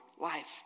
life